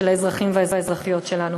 של האזרחים והאזרחיות שלנו.